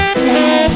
say